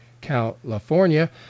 California